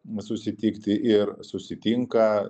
susitikti ir susitinka